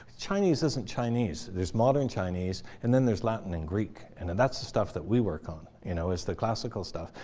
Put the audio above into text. chinese isn't chinese. there's modern chinese, and then there's latin and greek. and and that's the stuff that we work on you know is the classical stuff,